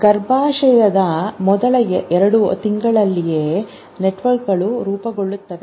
ಗರ್ಭಾಶಯದ ಮೊದಲ ಎರಡು ತಿಂಗಳಿನಿಂದಲೇ ನೆಟ್ವರ್ಕ್ಗಳು ರೂಪುಗೊಳ್ಳುತ್ತಿವೆ